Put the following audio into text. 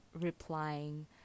replying